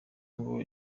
ngo